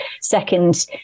second